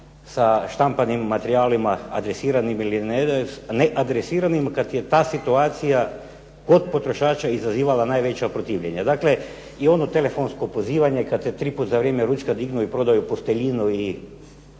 sa štampanim materijalima adresiranim ili neadresiranim kad je ta situacija kod potrošača izazivala najveća protivljenja. Dakle, i ono telefonsko pozivanje kad te tri puta za vrijeme ručka dignu i prodaju posteljinu,